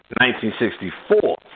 1964